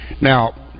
Now